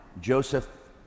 Joseph